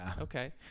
Okay